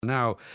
Now